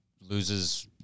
loses